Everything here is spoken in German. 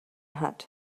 hat